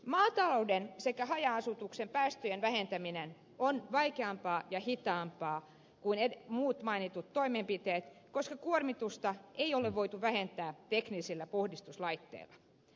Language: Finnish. maatalouden sekä haja asutuksen päästöjen vähentäminen on vaikeampaa ja hitaampaa kuin muut mainitut toimenpiteet koska kuormitusta ei ole voitu vähentää teknisillä puhdistuslaitteilla